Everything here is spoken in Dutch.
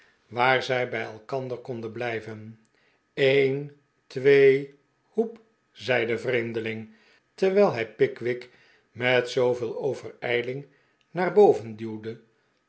waar zij bij elkander konden blijven een twee hoep zei de vreemdeling terwijl hi pickwick met zooveel overijling naar boven duwde